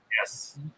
yes